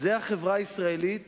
זו החברה הישראלית